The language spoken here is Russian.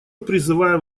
призываем